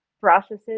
processes